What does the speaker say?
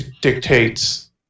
dictates